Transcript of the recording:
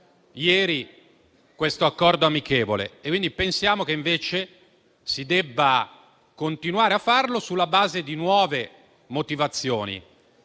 ieri questo accordo amichevole. Pensiamo che invece si debba continuare a farlo sulla base di nuove motivazioni,